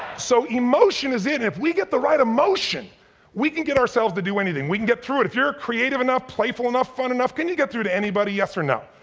so emotion is it, if we get the right emotion we can get ourselves to do anything. we can get through it. if you're creative enough, playful enough, fun enough, can you get through to anybody, yes or no?